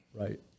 Right